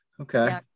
Okay